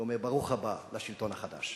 ואומר ברוך הבא לשלטון החדש.